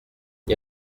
n’y